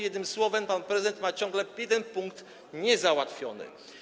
Jednym słowem: pan prezydent ma ciągle jeden punkt niezałatwiony.